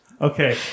Okay